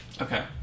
Okay